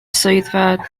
swyddfa